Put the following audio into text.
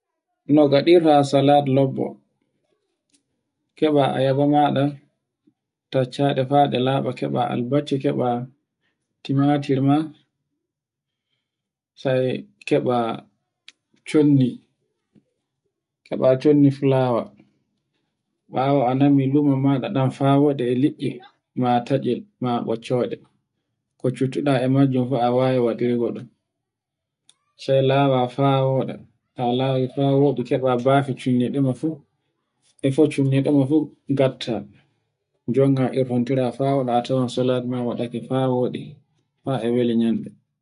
No ngaɗirta salad labbo. Keɓa a yaba maɗa tacceɗe fa ɗe laɓa, keɓa albacci, keɓa timatirma, sai keɓa chondi. Keɓa chondi fulawa ɓawo anandi lumo maɗa fa wodi e liɗɗi ma tacce ma boccoɗe. Ko cuttuɗa e majjun fa a wawi waɗirgo sai lawa fa woɗa. Ta labi keɓa bafi chondi fu e focci weɗego fu ngatta jonga irantira a tawan salat ma waɗi fa woɗi fa e weli nande.